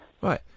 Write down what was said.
Right